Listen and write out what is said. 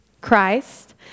Christ